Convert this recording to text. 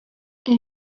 elle